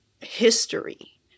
history